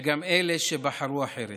וגם אלה שבחרו אחרת.